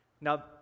Now